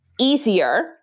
easier